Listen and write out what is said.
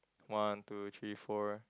one two three four